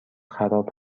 خراب